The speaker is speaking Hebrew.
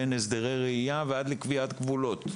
בין אם זה הסדרי ראייה ובין אם זה קביעת גבולות.